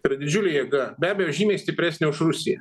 tai yra didžiulė jėga be abejo žymiai stipresnė už rusiją